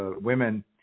women